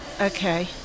okay